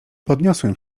podniosłem